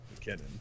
McKinnon